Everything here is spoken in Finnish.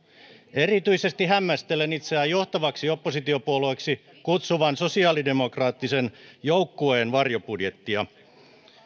erityisesti hämmästelen itseään johtavaksi oppositiopuolueeksi kutsuvan sosiaalidemokraattisen joukkueen varjobudjettia